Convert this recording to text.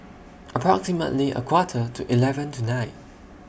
approximately A Quarter to eleven tonight